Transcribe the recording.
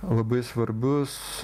labai svarbius